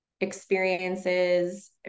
experiences